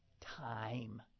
time